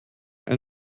ein